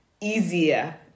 easier